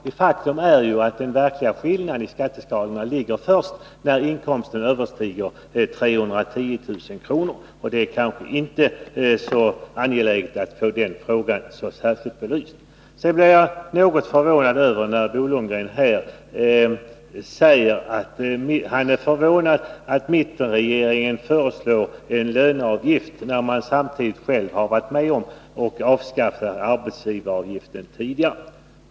Ett faktum är ju att den verkliga skillnaden i skatteskalorna ligger först där inkomsten överstiger 310 000 kr., och det är kanske inte så angeläget att få den frågan belyst. Jag blev något överraskad när Bo Lundgren sade att han är förvånad över att mittenregeringen föreslår en löneavgift, när man tidigare själv har varit med om att avskaffa arbetsgivaravgiften.